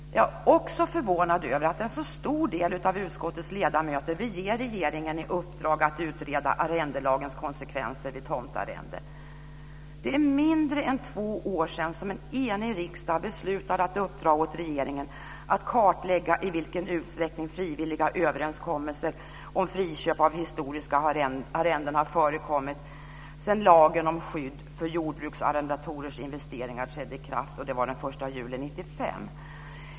Jag är också förvånad över att en så stor del av utskottets ledamöter vill ge regeringen i uppdrag att utreda arrendelagens konsekvenser vid tomtarrende. Det är mindre än två år sedan som en enig riksdag beslutade att uppdra åt regeringen att kartlägga i vilken utsträckning frivilliga överenskommelser om friköp av historiska arrenden har förekommit sedan lagen om skydd för jordbruksarrendatorers investeringar trädde i kraft den 1 juli 1995.